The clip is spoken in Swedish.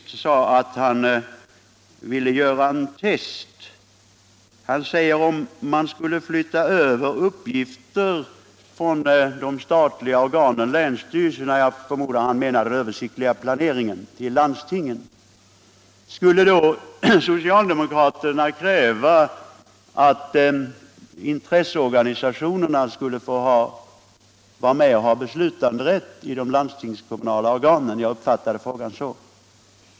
Han sade att han ville göra en test, och jag uppfattade hans fråga så här: Om man skulle flytta över uppgiften - jag förmodar att han menar den översiktliga planeringen — från de statliga organen länsstyrelserna till landstingen, skulle då socialdemokraterna kräva att intresseorganisationerna skulle få vara med och ha beslutanderätt i de landstingskommunala organen?